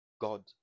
God